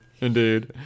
Indeed